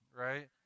right